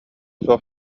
суох